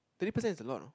twenty percent is a lot ah